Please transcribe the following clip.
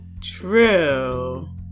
True